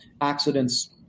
accidents